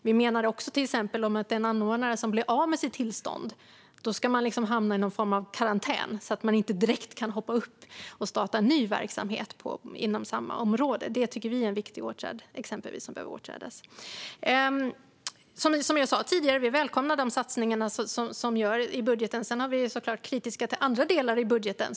Vi menar också att den anordnare som blir av med sitt tillstånd ska hamna i någon form av karantän så att man inte direkt kan hoppa upp och starta ny verksamhet inom samma område. Det tycker vi är en viktig åtgärd. Vi välkomnar de satsningar som görs i budgeten. Sedan är vi såklart kritiska till andra delar i budgeten.